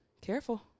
careful